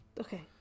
Okay